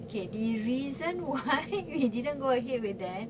okay the reason why we didn't go ahead with that